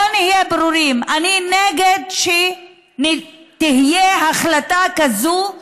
בואו נהיה ברורים, אני נגד שתהיה החלטה כזו,